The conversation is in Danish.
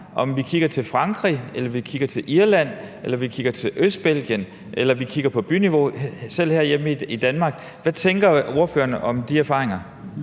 om vi kigger til Frankrig, til Irland eller til Østbelgien, eller vi kigger på byniveau, og selv herhjemme i Danmark. Hvad tænker ordføreren om de erfaringer?